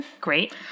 Great